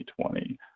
2020